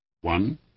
One